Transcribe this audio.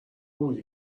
بودی